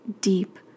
deep